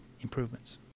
improvements